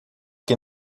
que